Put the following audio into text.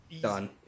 Done